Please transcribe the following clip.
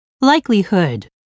likelihood